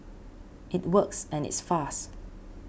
it works and it's fast